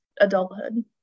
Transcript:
adulthood